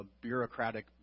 bureaucratic